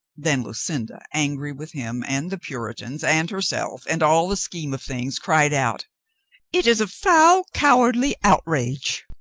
then lucinda, angry with him and the puritans and herself, and all the scheme of things, cried out it is a foul, cowardly outrage!